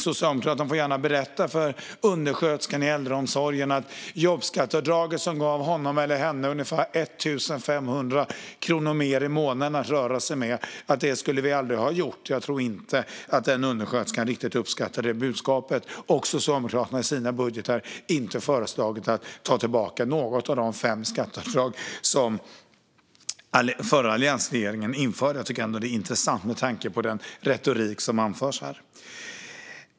Socialdemokraterna får gärna berätta för undersköterskorna i äldreomsorgen att jobbskatteavdraget som gav honom eller henne ungefär 1 500 krnor mer i månaden att röra sig med aldrig skulle ha införts. Jag tror inte att undersköterskorna riktigt uppskattar ett sådant budskap. Och Socialdemokraterna har i sina budgetar inte föreslagit att något av de fem jobbskatteavdrag som den förra alliansregeringen införde ska tas bort. Jag tycker ändå att det är intressant med tanke på den retorik som förs fram här.